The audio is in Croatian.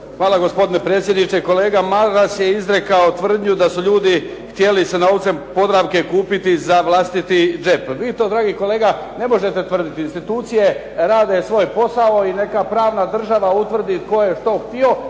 Hvala, gospodine predsjedniče. Kolega Maras je izrekao tvrdnju da ljudi htjeli sa novcem Podravke kupiti za vlastiti džep. Vi to, dragi kolega, ne možete tvrditi. Institucije rade svoj posao i neka pravna država utvrdi tko je što htio